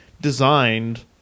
designed